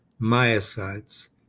myocytes